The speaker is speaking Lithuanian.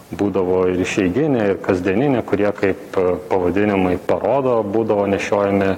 būdavo ir išeiginė ir kasdieninė kurie kaip pavadinimai parodo būdavo nešiojami